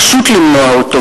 פשוט למנוע אותו.